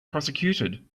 prosecuted